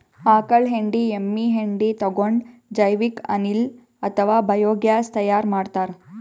ಆಕಳ್ ಹೆಂಡಿ ಎಮ್ಮಿ ಹೆಂಡಿ ತಗೊಂಡ್ ಜೈವಿಕ್ ಅನಿಲ್ ಅಥವಾ ಬಯೋಗ್ಯಾಸ್ ತೈಯಾರ್ ಮಾಡ್ತಾರ್